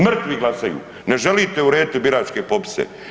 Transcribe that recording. Mrtvi glasaju, ne želite urediti biračke popise.